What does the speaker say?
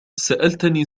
سألتني